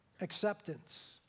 acceptance